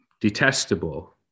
detestable